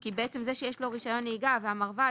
כי בעצם זה שיש לו רישיון נהיגה והמרב"ד